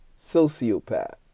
sociopath